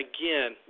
again